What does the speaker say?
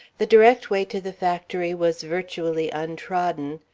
the direct way to the factory was virtually untrodden,